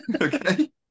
Okay